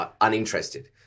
uninterested